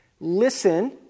Listen